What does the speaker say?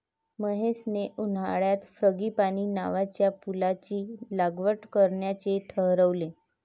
महेशने उन्हाळ्यात फ्रँगीपानी नावाच्या फुलाची लागवड करण्याचे ठरवले